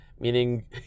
meaning